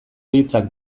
hitzak